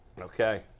Okay